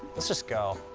let's just go.